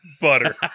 butter